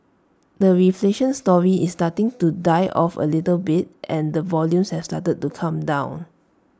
the reflation story is starting to die off A little bit and the volumes has started to come down